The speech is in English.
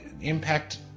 impact